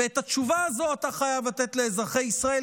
ואת התשובה הזאת אתה חייב לתת לאזרחי ישראל,